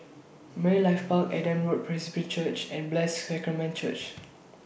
Marine Life Park Adam Road Presbyterian Church and Blessed Sacrament Church